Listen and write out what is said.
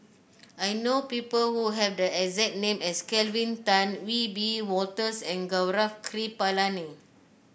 I know people who have the exact name as Kelvin Tan Wiebe Wolters and Gaurav Kripalani